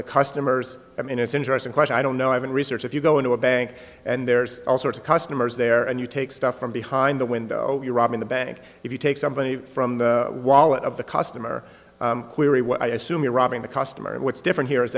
the customers i mean it's interesting question i don't know i haven't research if you go into a bank and there's all sorts of customers there and you take stuff from behind the window you're robbing the bank if you take somebody from the wallet of the customer query what i assume you're robbing the customer and what's different here is